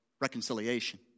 reconciliation